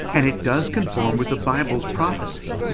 and it does conform with the bible's prophecy,